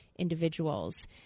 Individuals